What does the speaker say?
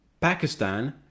Pakistan